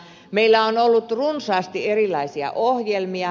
meillä on ollut runsaasti erilaisia ohjelmia